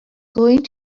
going